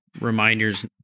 reminders